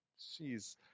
Jeez